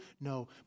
No